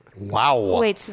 Wow